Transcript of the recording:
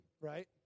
right